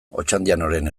otxandianoren